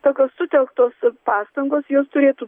tokios sutelktos pastangos jos turėtų